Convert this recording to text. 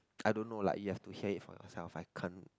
I don't know lah you have to hear it for yourself I can't